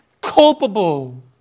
culpable